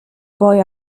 boy